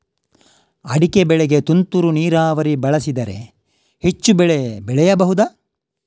ಅಡಿಕೆ ಬೆಳೆಗೆ ತುಂತುರು ನೀರಾವರಿ ಬಳಸಿದರೆ ಹೆಚ್ಚು ಬೆಳೆ ಬೆಳೆಯಬಹುದಾ?